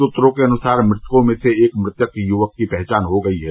सूत्रों के अनुसार मृतकों में से एक मृतक युवक की पहचान हो गई है